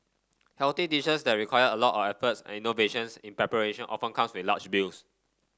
healthy dishes that require a lot of efforts and innovations in preparation often comes with large bills